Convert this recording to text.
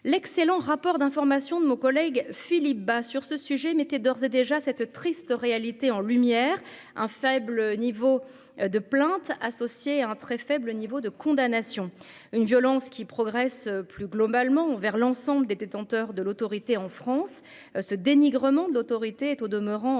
l'excellent rapport d'information de mon collègue Philippe Bas sur ce sujet, mettait d'ores et déjà cette triste réalité en lumière un faible niveau de plaintes associé un très faible niveau de condamnation, une violence qui progressent plus globalement vers l'ensemble des détenteurs de l'autorité en France ce dénigrement de l'autorité est au demeurant très